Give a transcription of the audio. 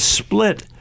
split